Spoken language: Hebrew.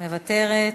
מוותרת.